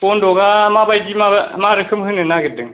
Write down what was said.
बन्द'गआ माबायदि मा रोखोम होनो नागिरदों